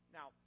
Now